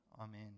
Amen